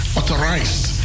authorized